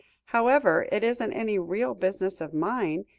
however, it isn't any real business of mine,